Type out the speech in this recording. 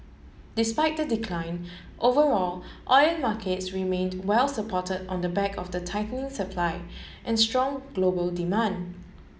despite the decline overall oil markets remained well supported on the back of the tightening supply and strong global demand